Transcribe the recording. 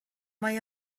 mae